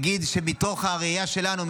נגיד שמתוך הראייה שלנו,